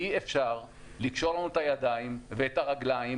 אי אפשר לקשור לנו את הידיים ואת הרגליים